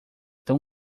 tão